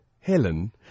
Helen